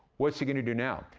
what's he gonna do now?